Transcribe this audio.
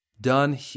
done